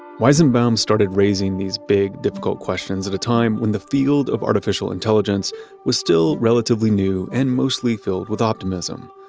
weizenbaum started raising these big difficult questions at a time when the field of artificial intelligence was still relatively new and mostly filled with optimism.